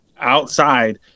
outside